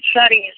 சரிங்க